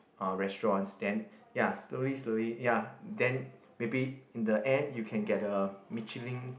or restaurants then ya slowly slowly ya then maybe in the end you can get a Michelin